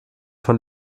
von